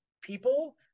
people